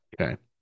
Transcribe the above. Okay